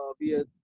via